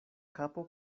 kapo